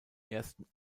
ersten